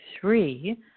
three